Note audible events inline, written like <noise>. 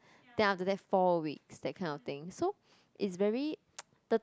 then after that four weeks that kind of things so it's very <noise> the